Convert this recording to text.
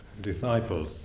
disciples